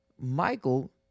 Michael